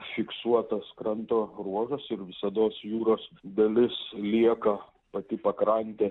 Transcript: fiksuotas kranto ruožas ir visados jūros dalis lieka pati pakrantė